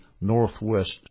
northwest